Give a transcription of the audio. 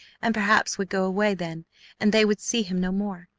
and perhaps would go away then and they would see him no more.